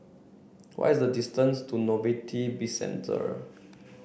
why is the distance to Novelty Bizcentre